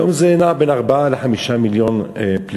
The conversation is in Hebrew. היום זה נע בין 4 ל-5 מיליון פליטים.